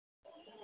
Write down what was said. हूँ